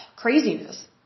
craziness